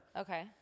Okay